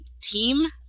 team